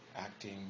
acting